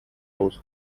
both